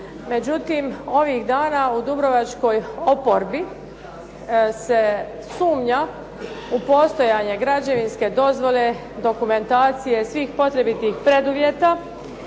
Međutim, ovih dana u dubrovačkoj oporbi se sumnja u postojanje građevinske dozvole, dokumentacije svih potrebitih preduvjeta,